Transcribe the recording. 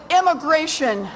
immigration